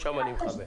לתחרות.